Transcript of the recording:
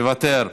מוותר,